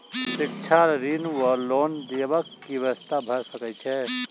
शिक्षा ऋण वा लोन देबाक की व्यवस्था भऽ सकै छै?